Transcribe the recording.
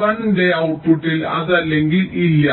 fi യുടെ ഔട്ട്പുട്ട്ടിൽ അതെ അല്ലെങ്കിൽ ഇല്ല